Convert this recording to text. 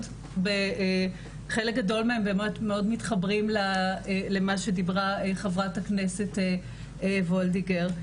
וחלק גדול מהם מתחברים למה שדיברה חברת הכנסת וולדיגר.